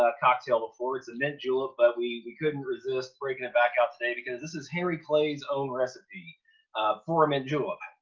ah cocktail before, it's a mint julep, but we, we couldn't resist breaking it back out today, because this is harry clay's own recipe for a mint julep.